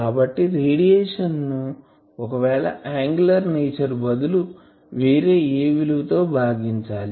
కాబట్టి రేడియేషన్ ను ఒకవేళ యాంగులర్ నేచర్ బదులు వేరే ఏ విలువ తో భాగించాలి